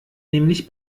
nämlich